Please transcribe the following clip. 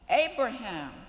Abraham